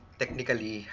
technically